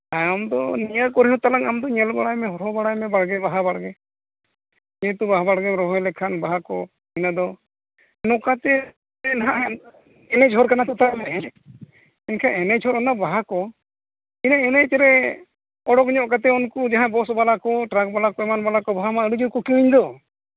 ᱛᱟᱭᱚᱢ ᱫᱚ ᱱᱤᱭᱟᱹ ᱠᱚᱨᱮᱦᱚᱸ ᱛᱟᱞᱟᱜ ᱟᱢᱫᱚ ᱧᱮᱞ ᱵᱟᱲᱟᱭ ᱦᱚᱨᱦᱚ ᱵᱟᱲᱟᱭ ᱢᱮ ᱵᱟᱲᱜᱮ ᱵᱟᱦᱟ ᱵᱟᱲᱜᱮ ᱱᱤᱛ ᱵᱟᱦᱟ ᱵᱟᱲᱲᱜᱮᱢ ᱨᱚᱦᱚᱭ ᱞᱮᱠᱷᱟᱱ ᱵᱟᱦᱟ ᱠᱚ ᱤᱱᱟᱹ ᱫᱚ ᱱᱚᱝᱠᱟᱛᱮ ᱮᱱ ᱦᱟᱸᱜ ᱮᱱᱠᱷᱟᱡ ᱤᱱᱟᱹ ᱡᱷᱳᱨ ᱚᱱᱟ ᱵᱟᱦᱟ ᱠᱚ ᱤᱱᱟᱹ ᱮᱱᱮᱡ ᱨᱮ ᱚᱰᱳᱰ ᱧᱚᱜ ᱠᱟᱛᱮᱫ ᱩᱱᱠᱩ ᱡᱟᱦᱟᱸ ᱵᱟᱥ ᱵᱟᱞᱟ ᱠᱚ ᱴᱨᱟᱠ ᱵᱟᱞᱟ ᱠᱚ ᱮᱢᱟᱱ ᱵᱟᱞᱟ ᱠᱚ ᱟᱹᱰᱤ ᱡᱳᱨ ᱠᱚ ᱠᱤᱨᱤᱧ ᱫᱚ